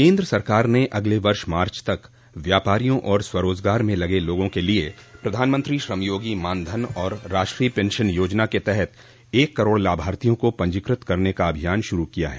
केन्द्र सरकार ने अगले वर्ष मार्च तक व्यापारियों और स्वरोजगार में लगे लोगों के लिए प्रधानमंत्री श्रमयोगी मानधन और राष्ट्रीय पेंशन योजना के तहत एक करोड़ लाभार्थियों को पंजीकृत करने का अभियान शुरू किया है